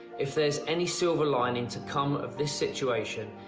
if there's any silver lining to come of this situation,